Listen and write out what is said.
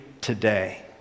today